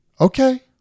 Okay